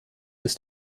ist